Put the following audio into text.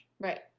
Right